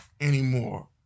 anymore